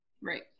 Right